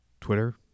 Twitter